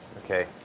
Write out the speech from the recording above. ok.